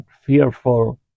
fearful